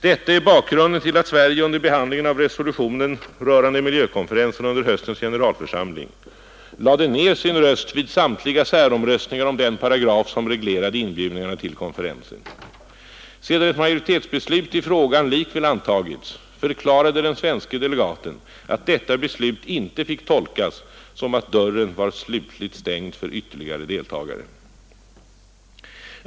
Detta är bakgrunden till att Sverige under behandlingen av resolutionen rörande miljökonferensen under höstens generalförsamling lade ner sin röst vid samtliga säromröstningar om den paragraf som reglerade inbjudningarna till konferensen. Sedan ett majoritetsbeslut i frågan likväl antagits, förklarade den svenske delegaten att detta beslut inte fick tolkas som att dörren var slutligt stängd för ytterligare deltagare.